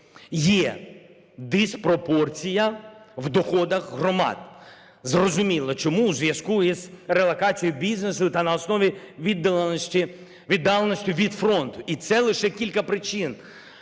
Є диспропорція в доходах громад. Зрозуміло чому, у зв'язку із релокацією бізнесу та на основі віддаленості від фронту. І це лише кілька причин